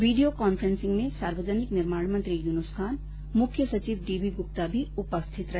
video conferencing में सार्वजनिक निर्माण मंत्री युन्स खान मुख्य सचिव डीबी गुप्ता भी उपस्थित रहे